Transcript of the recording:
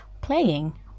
playing